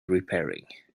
repairing